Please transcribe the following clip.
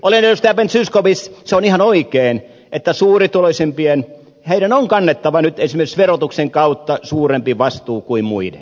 edustaja ben zyskowicz se on ihan oikein että suurituloisimpien on kannettava nyt esimerkiksi verotuksen kautta suurempi vastuu kuin muiden